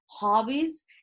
hobbies